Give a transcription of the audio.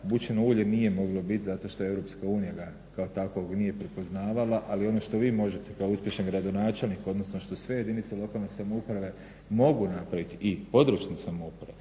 Bućino ulje nije moglo biti zato što je EU ga kao takvog nije prepoznavala, ali ono što vi možete kao …/Govornik se ne razumije./… gradonačelnik, odnosno što sve jedinice lokalne samouprave mogu napraviti i područne samouprave